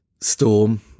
storm